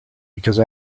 because